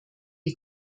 die